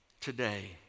today